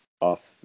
off